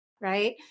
right